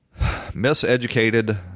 miseducated